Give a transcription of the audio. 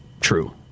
true